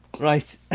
Right